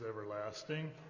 everlasting